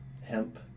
hemp